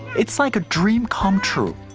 it's like a dream come true.